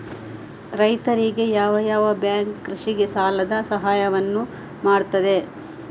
ರೈತರಿಗೆ ಯಾವ ಯಾವ ಬ್ಯಾಂಕ್ ಕೃಷಿಗೆ ಸಾಲದ ಸಹಾಯವನ್ನು ಮಾಡ್ತದೆ?